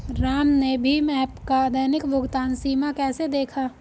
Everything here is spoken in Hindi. राम ने भीम ऐप का दैनिक भुगतान सीमा कैसे देखा?